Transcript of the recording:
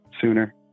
sooner